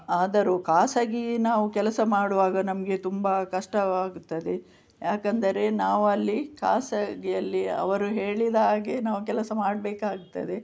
ಆದರೂ ಖಾಸಗಿ ನಾವು ಕೆಲಸ ಮಾಡುವಾಗ ನಮಗೆ ತುಂಬ ಕಷ್ಟವಾಗುತ್ತದೆ ಯಾಕಂದರೆ ನಾವು ಅಲ್ಲಿ ಖಾಸಗಿಯಲ್ಲಿ ಅವರು ಹೇಳಿದ ಹಾಗೆ ನಾವು ಕೆಲಸ ಮಾಡಬೇಕಾಗ್ತದೆ